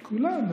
כולם.